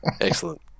Excellent